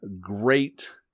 great